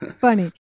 funny